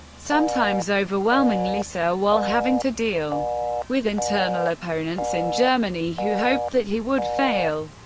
sometimes overwhelmingly so, while having to deal with internal opponents in germany who hoped that he would fail.